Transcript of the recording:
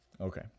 Okay